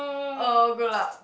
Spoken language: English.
oh good luck